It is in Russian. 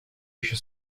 еще